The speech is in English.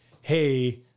hey